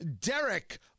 Derek